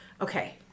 okay